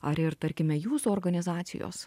ar ir tarkime jūsų organizacijos